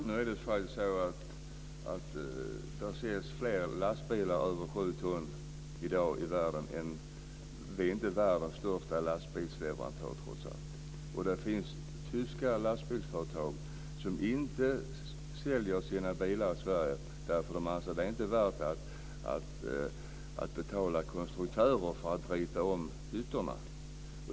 Fru talman! Det säljs fler lastbilar över sju ton i världen. Sverige är inte världens största lastbilsleverantör, trots allt. Det finns tyska lastbilsföretag som inte säljer sina bilar i Sverige, därför att de anser att det inte är värt att betala konstruktörer för att rita om hytterna.